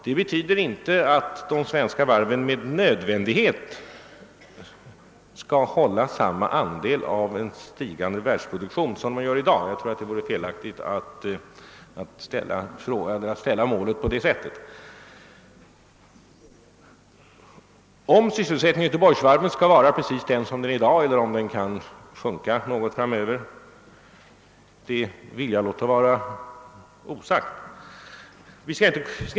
Detta betyder emellertid inte att de svenska varven med nödvändighet svarar för samma andel av en stigande världsproduktion som de gör för närvarande. Det vore felaktigt att uppställa målet på det sättet. Och om sysselsättningen vid Göteborgsvarven framdeles skall vara precis densamma som i dag, eller om den kan sänkas något, vill jag också låta vara osagt.